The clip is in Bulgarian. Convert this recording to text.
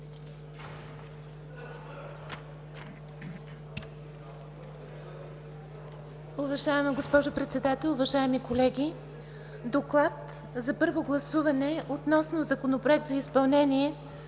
„ДОКЛАД за първо гласуване относно Законопроект за допълнение